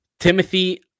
Timothy